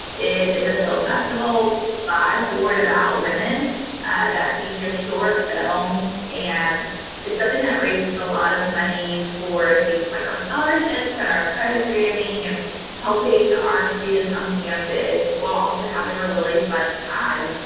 it is a film festival by, for, and about women that features short films. and it's something that raises a lot of money for things like our scholarships and our programming, and helping our students on campus while also having a really fun time.